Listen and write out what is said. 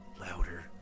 louder